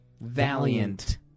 Valiant